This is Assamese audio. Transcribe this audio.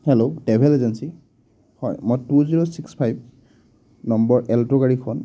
হেল্ল' ট্ৰেভেল এজেন্সী হয় মই two zero six five number Alto গাড়ীখন